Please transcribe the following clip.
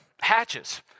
hatches